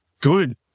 good